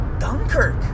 Dunkirk